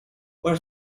where